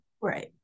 Right